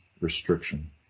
restriction